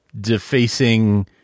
defacing